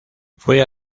fue